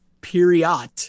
period